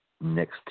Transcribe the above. next